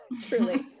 Truly